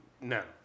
No